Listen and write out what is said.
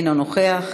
אינו נוכח.